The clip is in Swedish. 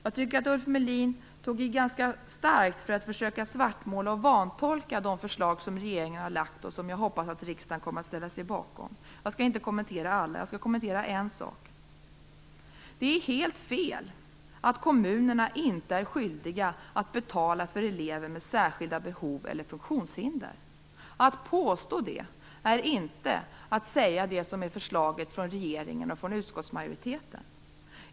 Jag tycker att Ulf Melin tog i ganska starkt för att försöka svartmåla och vantolka de förslag som regeringen har lagt fram och som jag hoppas att riksdagen kommer att ställa sig bakom. Jag skall inte kommentera alla. Jag skall kommentera en sak. Det är helt fel att kommunerna inte är skyldiga att betala för elever med särskilda behov eller funktionshinder. Det är inte förslaget från regeringen och utskottsmajoriteten.